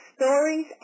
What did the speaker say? stories